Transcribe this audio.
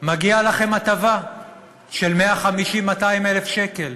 מגיעה לכם הטבה של 150,000 שקלים, 200,000 שקלים.